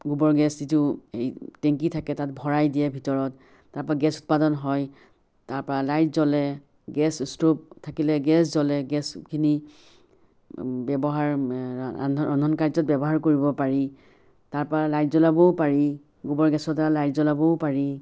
গোৱৰ গেছ যিটো এই টেংকি থাকে তাত ভৰাই দিয়ে ভিতৰত তাৰ পৰা গেছ উৎপাদন হয় তাৰ পৰা লাইট জ্বলে গেছ ষ্ট'ভ থাকিলে গেছ জ্বলে গেছখিনি ব্যৱহাৰ ৰন্ধন কাৰ্যত ব্যৱহাৰ কৰিব পাৰি তাৰ পৰা লাইট জ্বলাবও পাৰি গোৱৰ গেছতে লাইট জ্বলাবও পাৰি